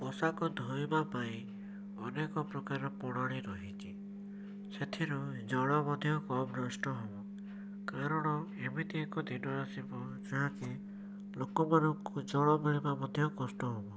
ପୋଷାକ ଧୋଇବା ପାଇଁ ଅନେକ ପ୍ରକାର ପ୍ରଣାଳୀ ରହିଛି ସେଥିରୁ ଜଳ ମଧ୍ୟ କମ ନଷ୍ଟ ହେବ କାରଣ ଏମିତି ଏକ ଦିନ ଆସିବ ଯାହାକି ଲୋକମାନଙ୍କୁ ଜଳ ମିଳିବା ମଧ୍ୟ କଷ୍ଟ ହେବ